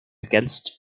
against